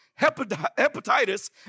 hepatitis